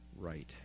right